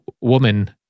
woman